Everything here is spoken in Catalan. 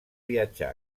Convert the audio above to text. viatjar